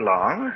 Long